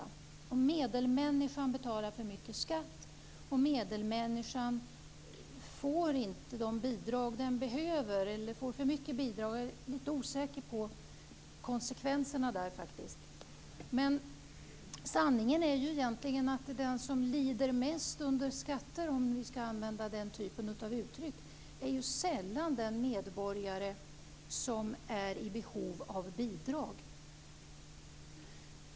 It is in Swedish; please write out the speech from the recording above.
Man säger att medelmänniskan betalar för mycket skatt och att medelmänniskan inte får de bidrag hon behöver - eller får för mycket bidrag; jag är litet osäker på konsekvenserna. Sanningen är egentligen den att den som lider mest under skatter - om vi skall använda den typen av uttryck - sällan är den medborgare som är i behov av bidrag.